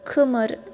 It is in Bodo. खोमोर